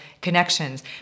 connections